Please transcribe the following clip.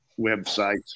websites